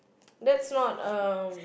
that's not um